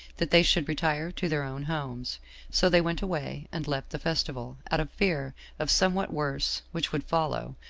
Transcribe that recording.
that they should retire to their own homes so they went away, and left the festival, out of fear of somewhat worse which would follow,